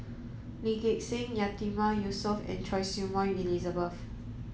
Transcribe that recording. Lee Gek Seng Yatiman Yusof and Choy Su Moi Elizabeth